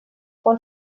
quan